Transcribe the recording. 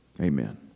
Amen